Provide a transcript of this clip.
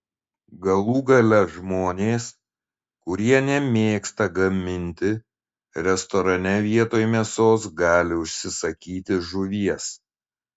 galų gale žmonės kurie nemėgsta gaminti restorane vietoj mėsos gali užsisakyti žuvies